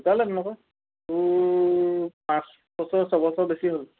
ঢুকালেতোন আকৌ তোৰ পাঁচ বছৰ ছয়বছৰ বেছি হ'ল